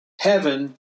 Heaven